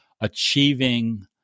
achieving